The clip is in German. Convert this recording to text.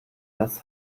das